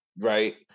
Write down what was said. right